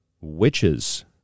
Witches